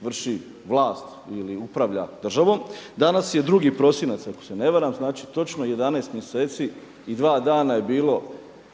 vrši vlast ili upravlja državom, danas je 2. prosinac, ako se ne varam, znači točno 11 mjeseci i dva dana je bilo